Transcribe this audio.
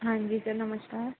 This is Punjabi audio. ਹਾਂਜੀ ਸਰ ਨਮਸਕਾਰ